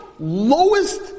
Lowest